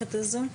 המערכת הזו?